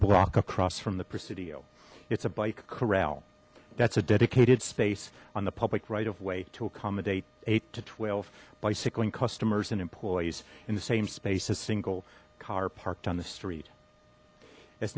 block across from the presidio it's a bike corral that's a dedicated space on the public right of way to accommodate eight to twelve bicycling customers and employees in the same space a single car parked on the street as